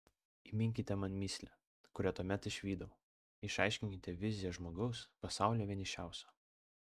įminkite man mįslę kurią tuomet išvydau išaiškinkite viziją žmogaus pasaulyje vienišiausio